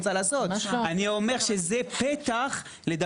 אני לא אומר שזה מה שאת רוצה לעשות,